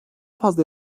fazla